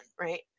right